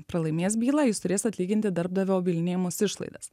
pralaimės bylą jis turės atlyginti darbdavio bylinėjimosi išlaidas